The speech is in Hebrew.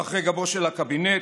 מאחורי גבו של הקבינט,